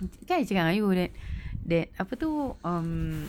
kan I cakap dengan you that that apa tu um